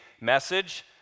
message